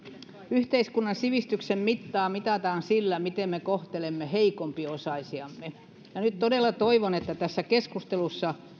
yhteiskunnan sivistyksen mittaa mitataan sillä miten me kohtelemme heikompiosaisiamme nyt todella toivon että tässä keskustelussa